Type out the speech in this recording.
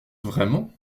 vraiment